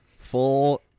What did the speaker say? full